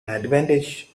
advantage